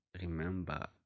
remember